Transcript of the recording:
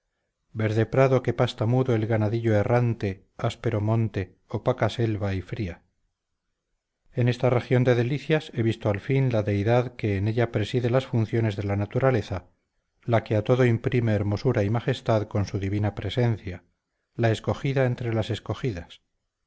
las amorosas caricias de la prolífica tierra aunque te enfades prorrumpo en versos clásicos en esta región de delicias he visto al fin la deidad que en ella preside las funciones de la naturaleza la que a todo imprime hermosura y majestad con su divina presencia la escogida entre las escogidas